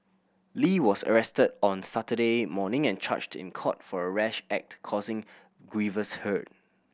Lee was arrested on Saturday morning and charged in court for a rash act causing grievous hurt